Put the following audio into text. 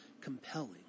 compelling